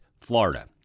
Florida